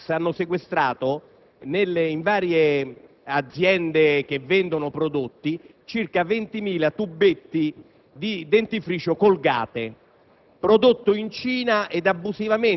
in Italia. I NAS hanno sequestrato, in varie aziende che vendono prodotti, circa 20.000 tubetti di dentifricio Colgate